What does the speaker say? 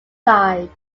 side